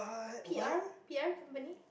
P_R P_R company